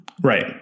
Right